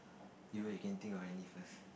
even you can think of any first